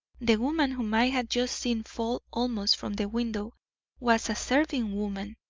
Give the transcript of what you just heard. the woman whom i had just seen fall almost from the window was a serving woman,